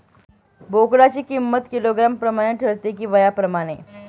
बोकडाची किंमत किलोग्रॅम प्रमाणे ठरते कि वयाप्रमाणे?